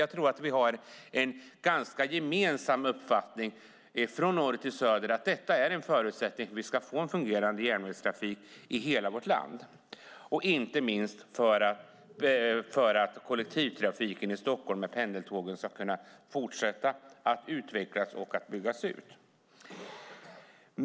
Jag tror att vi har en ganska gemensam uppfattning från norr till söder att detta är en förutsättning för att vi ska få en fungerande järnvägstrafik i hela vårt land, inte minst för att kollektivtrafiken med pendeltågen i Stockholm ska kunna fortsätta utvecklas och byggas ut.